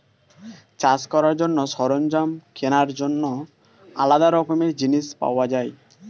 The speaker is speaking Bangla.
চাষ করার জন্য সরঞ্জাম কেনার জন্য আলাদা রকমের জিনিস পাওয়া যায়